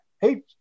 hey